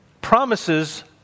promises